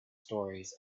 stories